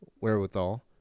wherewithal